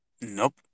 Nope